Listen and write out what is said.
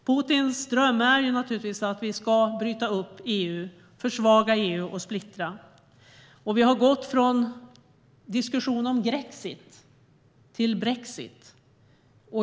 Putins dröm är naturligtvis att vi ska bryta upp EU, försvaga EU och splittra. Vi har gått från diskussioner om grexit till brexit.